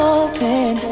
open